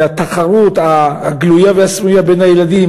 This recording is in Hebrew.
והתחרות הגלויה והסמויה בין הילדים,